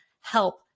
help